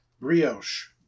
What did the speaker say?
brioche